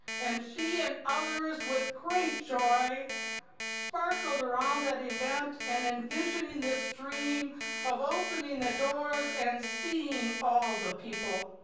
and she and others with great joy sparkled around that event and envisioning this dream of opening the doors and seeing all the people.